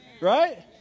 Right